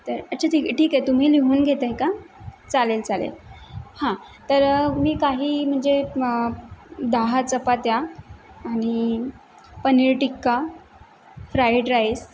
तर अच्छा ठीक ठीके तुम्ही लिहून घेताय का चालेल चालेल हां तर मी काही म्हणजे दहा चपात्या आनि पनीर टिक्का फ्राईड राइस